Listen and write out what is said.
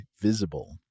Visible